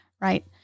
right